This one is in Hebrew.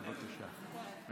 בבקשה.